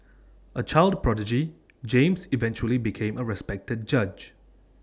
A child prodigy James eventually became A respected judge